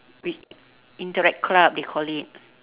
which interact club they call it